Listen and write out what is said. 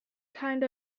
kind